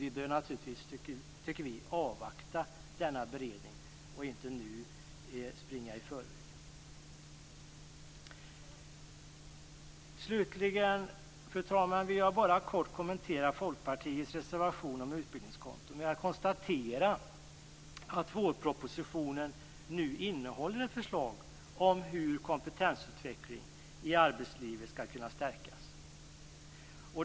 Vi bör, tycker vi, naturligtvis avvakta denna beredning och inte springa i förväg. Jag vill också, fru talman, bara kort kommentera Folkpartiets reservation om utbildningskonton. Jag konstaterar att vårpropositionen nu innehåller förslag om hur kompetensutvecklingen i arbetslivet skall kunna stärkas.